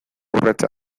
urratsa